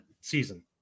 season